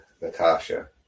Natasha